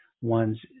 one's